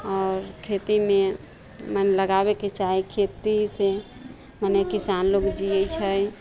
आओर खेतीमे मन लगाबैके चाही खेतीसँ मने किसान लोग जियै छै